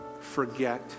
forget